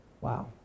Wow